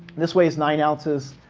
this weighs nine ounces.